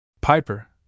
Piper